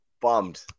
bummed